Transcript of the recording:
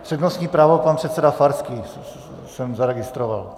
Přednostní právo pan předseda Farský jsem zaregistroval.